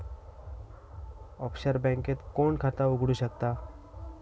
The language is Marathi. ऑफशोर बँकेत कोण खाता उघडु शकता?